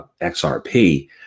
xrp